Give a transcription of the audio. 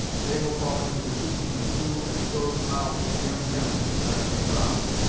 they will fall into the keeping of two as close mouthed young men as are to be found.